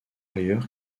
ailleurs